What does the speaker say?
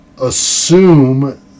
assume